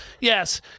yes